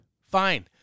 Fine